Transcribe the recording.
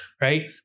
Right